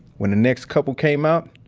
when the next couple came out,